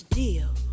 deal